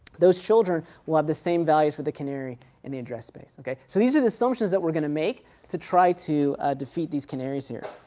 those children will have the same values of the canary in the address base, ok. so these are the assumptions that we're going to make to try to defeat these canaries here.